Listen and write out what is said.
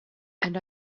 and